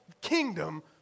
kingdom